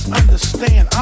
understand